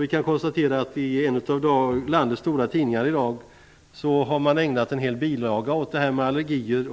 Vi kan konstatera att en av landets stora tidningar i dag har ägnat en hel bilaga åt allergier.